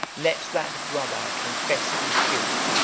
let that brother confess his guilt,